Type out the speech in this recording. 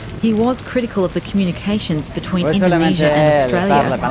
he was critical of the communications between indonesia and australia,